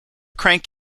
crank